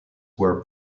were